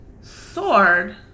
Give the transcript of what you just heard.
sword